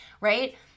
Right